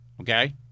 Okay